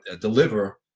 deliver